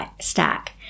stack